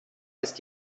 ist